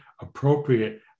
appropriate